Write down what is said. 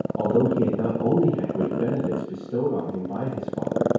although he had not only had great benefits bestowed on him by his father,